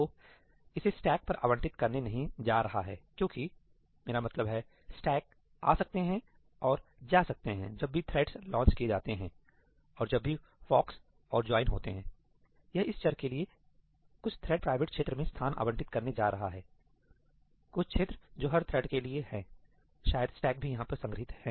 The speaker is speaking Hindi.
तो इसे स्टैक पर आवंटित करने नहीं जा रहा है क्योंकि मेरा मतलब है स्टैक आ सकते हैं और जा सकते हैं जब भी थ्रेड्स लॉन्च किए जाते हैं और जब भी फॉक्स और ज्वाइन होते हैं यह इस चर के लिए कुछ थ्रेड प्राइवेट क्षेत्र में स्थान आवंटित करने जा रहा है कुछ क्षेत्र जो हर थ्रेड के लिए हैं शायद स्टैक भी यहां पर संग्रहित हैं